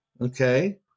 okay